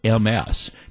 MS